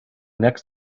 next